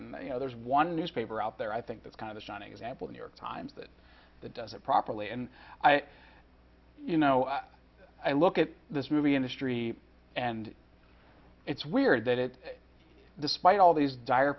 and you know there's one newspaper out there i think that's kind of a shining example new york times that that does it properly and i you know i look at this movie industry and it's weird that it despite all these dire